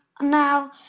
now